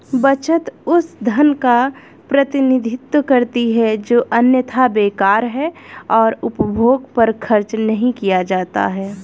बचत उस धन का प्रतिनिधित्व करती है जो अन्यथा बेकार है और उपभोग पर खर्च नहीं किया जाता है